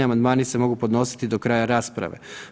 Amandmani se mogu podnositi do kraja rasprave.